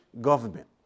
government